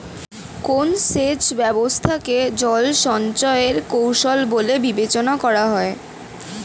কোন সেচ ব্যবস্থা কে জল সঞ্চয় এর কৌশল বলে বিবেচনা করা হয়?